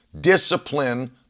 discipline